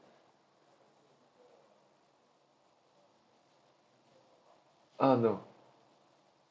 ah no